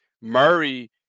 Murray